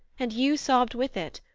and you sobbed with it,